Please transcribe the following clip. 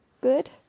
Good